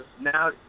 now